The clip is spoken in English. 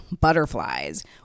butterflies